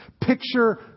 Picture